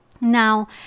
Now